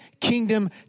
kingdom